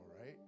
right